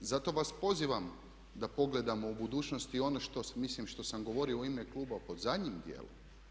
Zato vas pozivam da pogledamo u budućnosti ono što mislim što sam govorio u ime kluba po zadnjem dijelu.